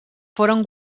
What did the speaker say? foren